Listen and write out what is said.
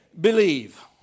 believe